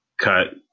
cut